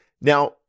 Now